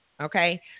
okay